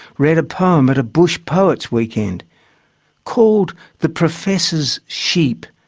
read a poem at a bush poet's weekend called the professor's sheep,